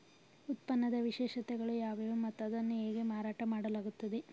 ಉತ್ಪನ್ನದ ವಿಶೇಷತೆಗಳು ಯಾವುವು ಮತ್ತು ಅದನ್ನು ಹೇಗೆ ಮಾರಾಟ ಮಾಡಲಾಗುತ್ತದೆ?